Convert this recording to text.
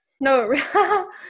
No